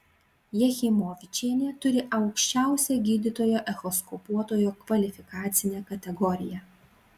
jachimovičienė turi aukščiausią gydytojo echoskopuotojo kvalifikacinę kategoriją